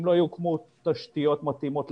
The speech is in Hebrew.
אם לא יוקמו תשתיות מתאימות,